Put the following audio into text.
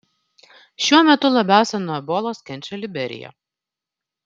šiuo metu labiausiai nuo ebolos kenčia liberija